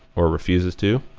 or refuses to,